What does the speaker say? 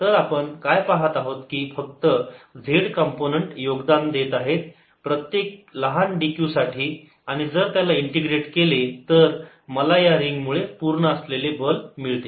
तर आपण काय पाहत आहोत की फक्त z कंपोनंन्ट योगदान देत आहे प्रत्येक लहान dq साठी आणि जर त्याला इंटिग्रेट केले तर मला या रिंग मुळे असलेले पूर्ण बल मिळते